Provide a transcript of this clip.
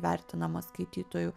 vertinama skaitytojų